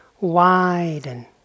widen